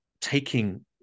taking